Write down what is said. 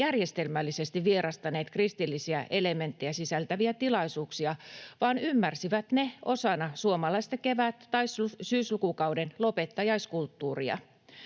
järjestelmällisesti vierastaneet kristillisiä elementtejä sisältäviä tilaisuuksia, vaan ymmärsivät ne osana suomalaista kevät- tai syyslukukauden lopettajaiskulttuuria.